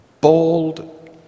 bold